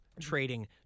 trading